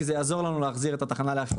זה יעזור לנו להחזיר את התחנה לאחיטוב.